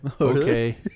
okay